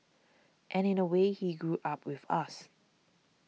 and in a way he grew up with us